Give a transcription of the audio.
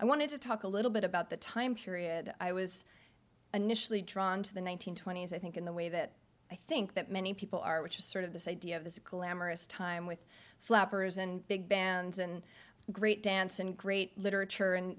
i wanted to talk a little bit about the time period i was initially drawn to the one nine hundred twenty s i think in the way that i think that many people are which is sort of this idea of this glamorous time with flappers and big bands and great dance and great literature and